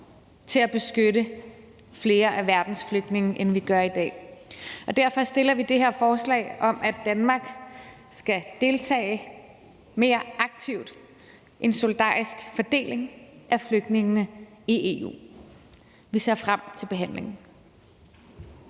til at beskytte flere af verdens flygtninge, end vi gør i dag. Derfor fremsætter vi det her forslag om, at Danmark skal deltage mere aktivt i en solidarisk fordeling af flygtningene i EU. Vi ser frem til behandlingen.